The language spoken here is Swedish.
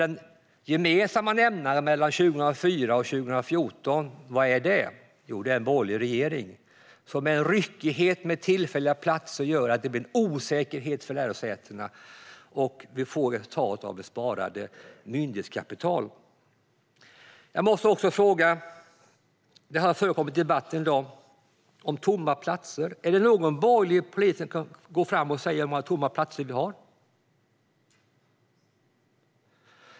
Den gemensamma nämnaren mellan 2004 och 2014 är en borgerlig regering, som med en ryckighet med tillfälliga platser gjorde att det blev en osäkerhet för lärosätena. Resultatet blev ett sparat myndighetskapital. I dagens debatt har det talats om tomma platser. Jag måste fråga om någon av de borgerliga politikerna kan komma fram och säga hur många tomma platser vi har.